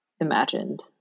imagined